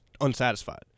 unsatisfied